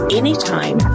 anytime